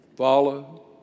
Follow